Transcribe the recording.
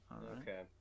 Okay